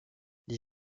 les